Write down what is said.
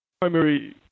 Primary